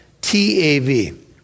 T-A-V